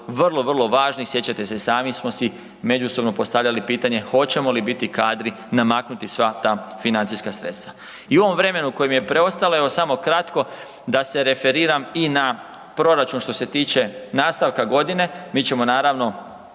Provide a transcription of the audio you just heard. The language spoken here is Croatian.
vrlo vrlo važnih, sjećate se i sami smo si međusobno postavljali pitanje hoćemo li biti kadri namaknuti sva ta financijska sredstva. I u ovom vremenu koje mi je preostalo evo samo kratko da se referiram i na proračun što se tiče nastavka godine. Mi ćemo naravno